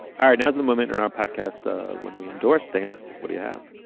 all right, now is the moment in our podcast ah when we endorsed dana what do you have,